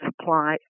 supply